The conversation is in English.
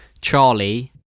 Charlie